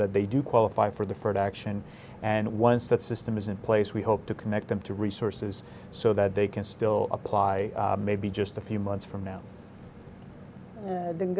that they do qualify for the first action and once that system is in place we hope to connect them to resources so that they can still apply maybe just a few months from now and then